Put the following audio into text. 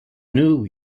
new